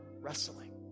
wrestling